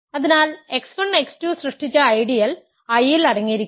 അതിനാൽ x 1 x 2 സൃഷ്ടിച്ച ideal I ൽ അടങ്ങിയിരിക്കുന്നു